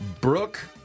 Brooke